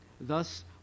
Thus